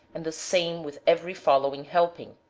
and the same with every following helping.